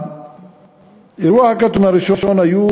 באירוע "האקתון" הראשון היו